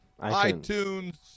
iTunes